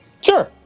sure